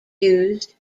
used